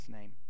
name